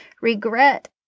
regret